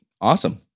awesome